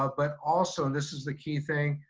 ah but also this is the key thing,